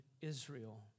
Israel